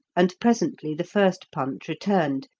and presently the first punt returned,